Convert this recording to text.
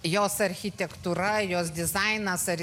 jos architektūra jos dizainas ar